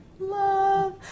love